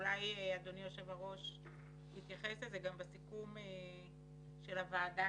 ואולי אדוני היושב ראש גם יתייחס לזה בסיכום של הוועדה.